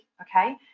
okay